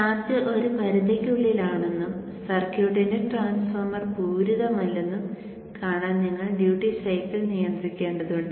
charge ഒരു പരിധിക്കുള്ളിലാണെന്നും സർക്യൂട്ടിന്റെ ട്രാൻസ്ഫോർമർ പൂരിതമല്ലെന്നും കാണാൻ നിങ്ങൾ ഡ്യൂട്ടി സൈക്കിൾ നിയന്ത്രിക്കേണ്ടതുണ്ട്